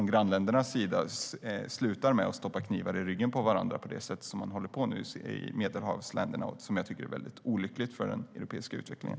Grannländerna bör också sluta med att stoppa knivar i ryggen på varandra på det sätt som Medelhavsländerna håller på med. Det är väldigt olyckligt för den europeiska utvecklingen.